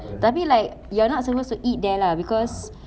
tapi like you are not supposed to eat there lah because